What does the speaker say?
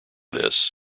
this